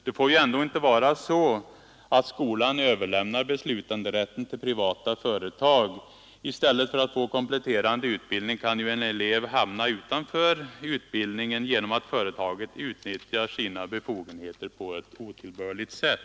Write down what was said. Det får inte vara så att skolan överlämnar beslutanderätten till privata företag. I stället för att få kompletterande utbildning kan en elev hamna utanför utbildningen genom att företaget utnyttjar sina befogenheter på ett otillbörligt sätt.